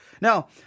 Now